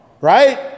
right